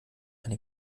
eine